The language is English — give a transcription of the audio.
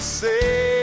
say